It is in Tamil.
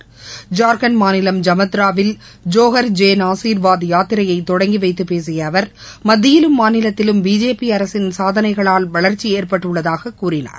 ஐரர்கண்ட் மாநிலம் ஐமத்ராவில் ஜோஹர் ஜேன் ஆசிர்வாத் யாத்திரையைதொடங்கிவைத்தபேசியஅவர் மத்தியிலும் மாநிலத்திலும் பிஜேபிஅரசின் சாதனைகளால் வளர்ச்சிஏற்பட்டுள்ளதாககூறினார்